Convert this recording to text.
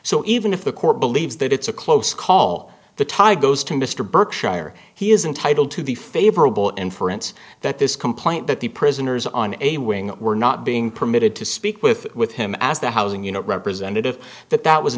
so even if the court believes that it's a close call the tie goes to mr berkshire he is entitle to the favorable inference that this complaint that the prisoners on a wing were not being permitted to speak with with him as the housing unit representative that that was